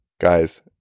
guys